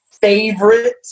favorite